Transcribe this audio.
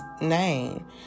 name